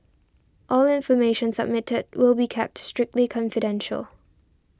all information submitted will be kept strictly confidential